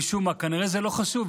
משום מה כנראה זה לא חשוב,